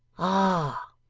ah!